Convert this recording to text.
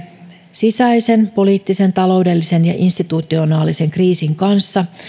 sisäisen poliittisen taloudellisen ja institutionaalisen kriisin kanssa